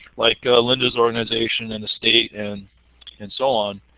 like lynda's organization and the state and and so on.